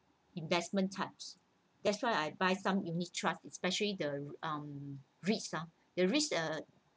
investment types that's why I buy some unit trust especially the um REIT ah the REIT uh